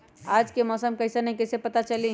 आज के मौसम कईसन हैं कईसे पता चली?